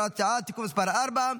הוראת שעה) (תיקון מס' 4),